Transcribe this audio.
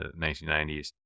1990s